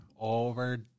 Over